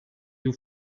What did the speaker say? you